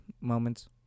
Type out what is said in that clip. moments